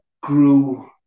grew